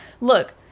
Look